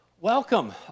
Welcome